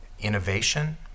innovation